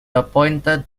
appointed